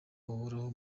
uhoraho